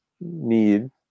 need